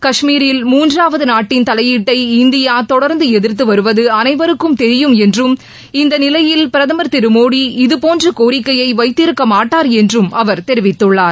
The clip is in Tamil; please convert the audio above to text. கஷ்மீரில் மூன்றாவது நாட்டின் தலையீட்டை இந்தியா தொடர்ந்து எதிர்த்து வருவது அனைவருக்கும் தெரியும் என்றும் இந்த நிலையில் பிரதமர் திரு மோடி இதபோன்ற கோரிக்கையை வைத்திருக்க மாட்டார் என்றும் அவர் தெரிவிததுள்ளார்